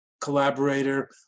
collaborator